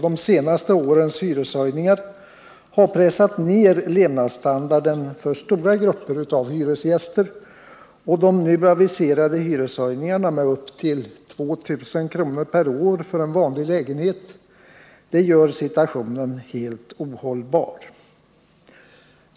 De senaste årens hyreshöjningar har pressat ned levnadsstandarden för stora grupper av hyresgäster, och de nu aviserade hyreshöjningarna med upp till 2 000 kr. per år för en vanlig lägenhet gör situationen helt ohållbar.